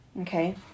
Okay